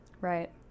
Right